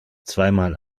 zweimal